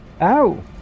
Ow